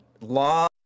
Law